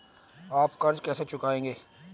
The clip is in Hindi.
आप कर्ज कैसे चुकाएंगे?